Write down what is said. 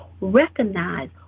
recognize